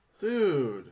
Dude